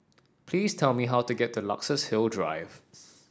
please tell me how to get to Luxus Hill Drives